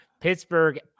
Pittsburgh